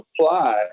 apply